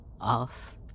Off